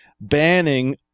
banning